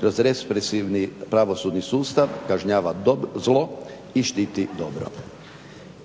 kroz represivni pravosudni sustav kažnjava zlo i štiti dobro.